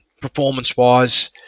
performance-wise